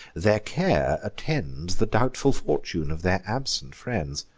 their care attends the doubtful fortune of their absent friends